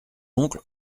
oncle